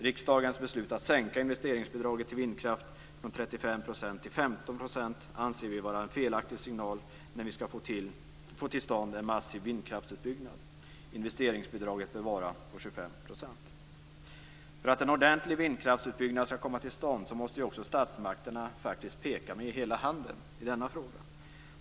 Riksdagens beslut att sänka investeringsbidraget till vindkraft från 35 % till 15 % anser vi vara en felaktig signal när vi skall få till stånd en massiv vindkraftsutbyggnad. Investeringsbidraget bör vara 25 %. För att en ordentlig vindkraftsutbyggnad skall komma till stånd måste statsmakterna faktiskt peka med hela handen i denna fråga.